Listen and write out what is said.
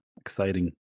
exciting